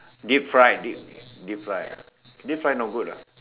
deep fried deep deep fried deep fried not good lah